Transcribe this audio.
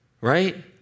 Right